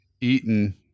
eaten